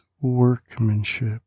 workmanship